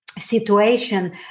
Situation